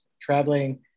traveling